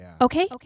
Okay